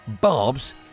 Barbs